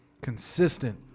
consistent